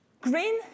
Green